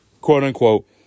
quote-unquote